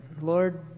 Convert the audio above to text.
Lord